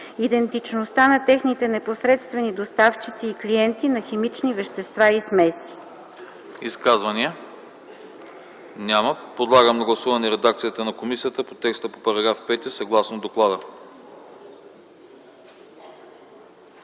идентичността на техните непосредствени доставчици и клиенти на химични вещества и смеси.”